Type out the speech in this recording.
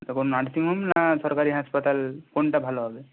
তা কোন nursing home না সরকারি হাসপাতাল কোনটা ভালো হবে